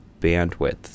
bandwidth